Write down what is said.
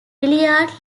hilliard